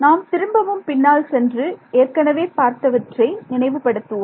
நாம் திரும்பவும் பின்னால் சென்று ஏற்கனவே பார்த்தவற்றை நினைவு படுத்துவோம்